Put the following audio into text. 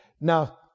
Now